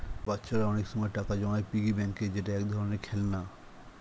বাচ্চারা অনেক সময় টাকা জমায় পিগি ব্যাংকে যেটা এক ধরনের খেলনা